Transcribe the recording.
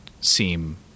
seem